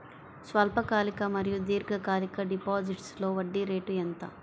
స్వల్పకాలిక మరియు దీర్ఘకాలిక డిపోజిట్స్లో వడ్డీ రేటు ఎంత?